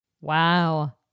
Wow